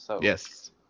Yes